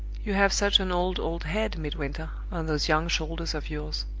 you have such an old, old head, midwinter, on those young shoulders of yours!